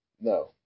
No